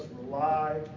rely